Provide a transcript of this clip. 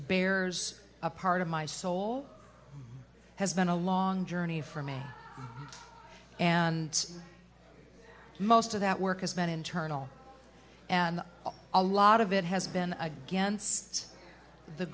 bears a part of my soul has been a long journey for me and most of that work has been internal and a lot of it has been against the